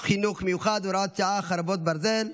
חינוך מיוחד (הוראת שעה, חרבות ברזל)